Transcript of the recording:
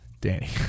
Danny